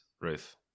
Ruth